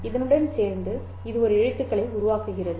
இதனுடன் சேர்ந்து இது ஒரு எழுத்துக்களை உருவாக்குகிறது